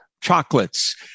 chocolates